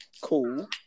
Cool